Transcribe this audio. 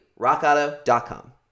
rockauto.com